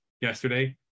yesterday